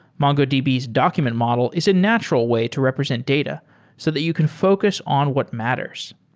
mongodb's document model is a natural way to represent data so that you can focus on what matters.